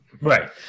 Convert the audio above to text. Right